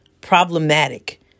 problematic